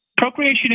Procreation